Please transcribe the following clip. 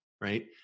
right